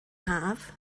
haf